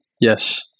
yes